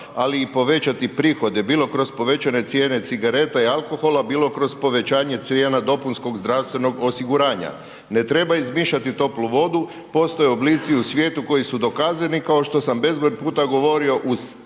ali povećati i prihode bilo kroz povećane cijene cigareta i alkohola, bilo kroz povećanje cijena DZO-a. Ne treba izmišljati toplu vodu, postoje oblici u svijetu koji su dokazani kao što sam bezbroj puta govorio o cigaretama